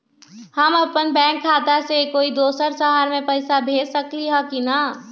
हम अपन बैंक खाता से कोई दोसर शहर में पैसा भेज सकली ह की न?